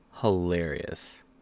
Hilarious